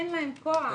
אין להם כוח.